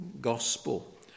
gospel